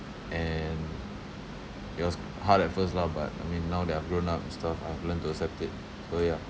and it was hard at first lah but I mean now that I've grown up and stuff I've learned to accept it so ya